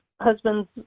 husband's